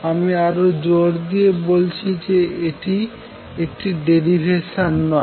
আমি আবারও জোর দিয়ে বলছি যে এটি একটি ডেরিভেশান নয়